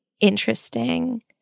interesting